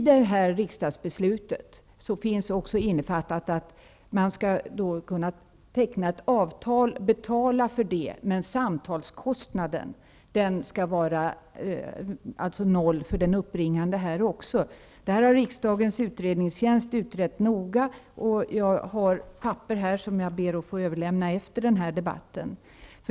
Detta riksdagsbeslut innefattar också att man skall kunna teckna ett avtal och betala för det, men samtalskostnaden skall även här vara noll för den uppringande. Det här har riksdagens utredningstjänst utrett noga. Jag har papper här som jag ber att få överlämna efter denna debatt.